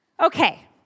Okay